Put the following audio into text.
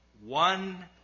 one